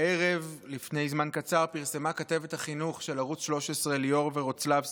הערב לפני זמן קצר פרסמה כתבת החינוך של ערוץ 13 ליאור ורוצלבסקי